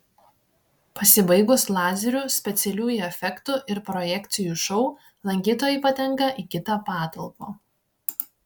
pasibaigus lazerių specialiųjų efektų ir projekcijų šou lankytojai patenka į kitą patalpą